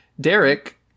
Derek